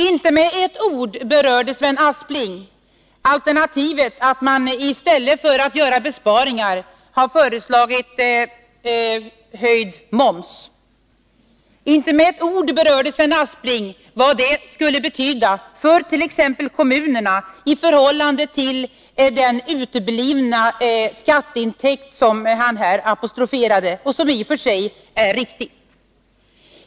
Inte med ett ord berörde Sven Aspling alternativet att mani stället för att göra besparingar höjer momsen. Inte med ett ord berörde Sven Aspling vad det skulle betyda för t.ex. kommunerna, i förhållande till den uteblivna skatteintäkt som han här apostroferade och som i och för sig är riktig.